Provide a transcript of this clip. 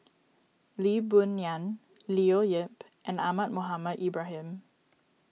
Lee Boon Ngan Leo Yip and Ahmad Mohamed Ibrahim